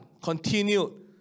continued